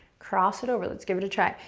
cross it over, let's give it a try.